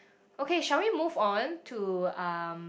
okay shall we move on to um